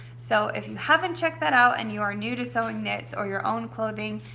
so if you haven't checked that out and you are new to sewing knits or your own clothing,